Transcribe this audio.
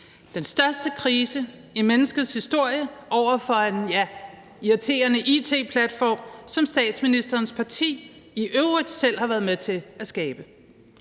i 9 sekunder, altså taler længe om en, ja, irriterende it-platform, som statsministerens parti i øvrigt selv har været med til at skabe,